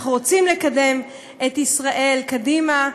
אנחנו רוצים לקדם את ישראל קדימה.